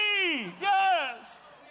Yes